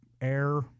air